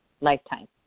lifetime